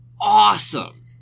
awesome